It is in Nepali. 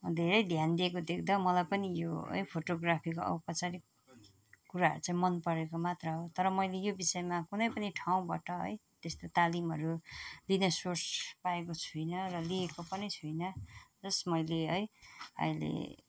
धेरै ध्यान दिएको देख्दा मलाई पनि यो है फोटोग्राफीको औपचारिक कुराहरू चाहिँ मन परेको मात्र हो तर मैले यो विषयमा कुनै पनि ठाउँबाट है त्यस्तो तालिमहरू लिने सोर्स पाएको छुइनँ र लिएको पनि छुइनँ जस्ट मैले है अहिले